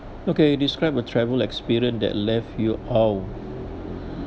okay describe a travel experience that left you out